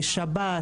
שב"ס,